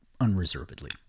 unreservedly